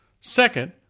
Second